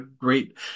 great